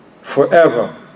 forever